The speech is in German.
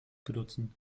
benutzen